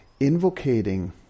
invocating